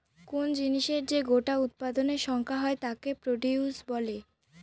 কোন জিনিসের যে গোটা উৎপাদনের সংখ্যা হয় তাকে প্রডিউস বলে